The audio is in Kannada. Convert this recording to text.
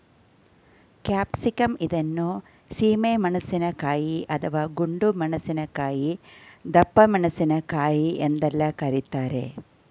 ಕ್ಯಾಪ್ಸಿಕಂ ಇದನ್ನು ಸೀಮೆ ಮೆಣಸಿನಕಾಯಿ, ಅಥವಾ ಗುಂಡು ಮೆಣಸಿನಕಾಯಿ, ದಪ್ಪಮೆಣಸಿನಕಾಯಿ ಎಂದೆಲ್ಲ ಕರಿತಾರೆ